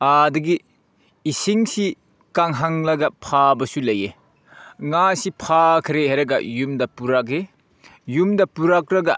ꯑꯥꯗꯒꯤ ꯏꯁꯤꯡꯁꯤ ꯀꯪꯍꯜꯂꯒ ꯐꯥꯕꯁꯨ ꯂꯩꯌꯦ ꯉꯥꯁꯦ ꯐꯥꯈ꯭ꯔꯦ ꯍꯥꯏꯔꯒ ꯌꯨꯝꯗ ꯄꯨꯔꯛꯏ ꯌꯨꯝꯗ ꯄꯨꯔꯛꯂꯒ